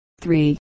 Three